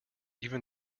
even